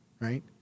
Right